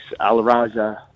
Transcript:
Alaraja